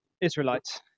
Israelites